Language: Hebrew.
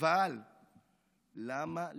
אבל למה לכפות?